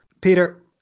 peter